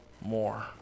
more